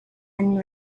and